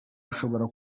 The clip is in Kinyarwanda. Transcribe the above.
ushobora